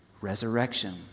resurrection